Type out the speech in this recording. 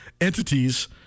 entities